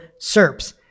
SERPs